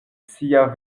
sia